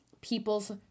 people's